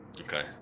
Okay